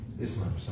Islam